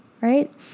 right